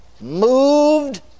moved